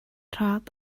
rhad